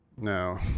No